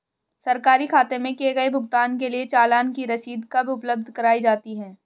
सरकारी खाते में किए गए भुगतान के लिए चालान की रसीद कब उपलब्ध कराईं जाती हैं?